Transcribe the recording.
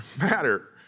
matter